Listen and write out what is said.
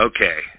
Okay